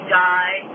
die